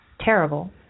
terrible